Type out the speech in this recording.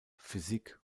physik